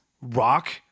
rock